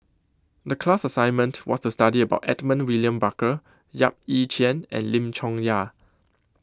The class assignment was to study about Edmund William Barker Yap Ee Chian and Lim Chong Yah